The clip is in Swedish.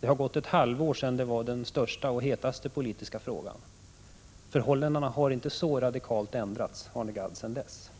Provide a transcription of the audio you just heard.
Det har gått ett halvår sedan den var den största och hetaste politiska frågan. Förhållandena har inte ändrats så radikalt, Arne Gadd, sedan dess.